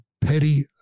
petty